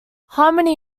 harmony